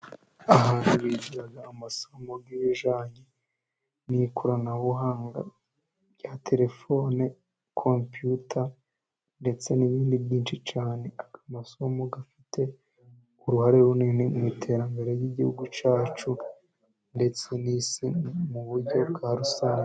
Abantu bigira amasomo nk'ibijyanye n'ikoranabuhanga rya telefone, compiyuta ndetse n'ibindi byinshi cyane, aya masomo afite uruhare runini mu iterambere ry'igihugu cyacu ndetse n'isi mu buryo bwa rusange.